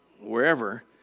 wherever